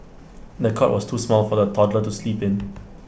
the cot was too small for the toddler to sleep in